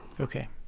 Okay